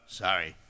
sorry